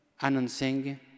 announcing